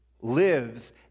lives